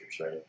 right